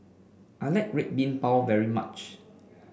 I like Red Bean Bao very much